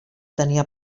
tenia